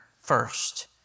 first